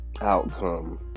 outcome